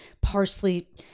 parsley